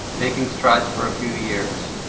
making strides for a few years,